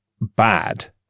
bad